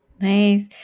Nice